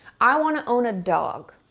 i want to own a dog,